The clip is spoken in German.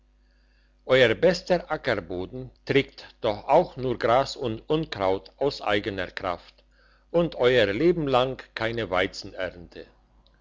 euer bester ackerboden trägt doch auch nur gras und unkraut aus eigener kraft und euer leben lang keine weizenernte